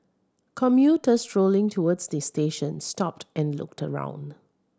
commuters strolling towards the station stopped and looked around